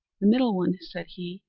the middle one, said he,